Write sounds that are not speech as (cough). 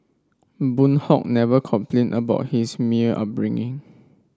Boon Hock never complained about his (unintelligible) upbringing